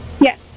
Yes